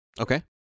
Okay